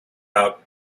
out